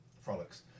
Frolics